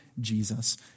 Jesus